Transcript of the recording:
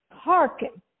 hearken